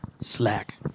Slack